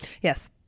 yes